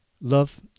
love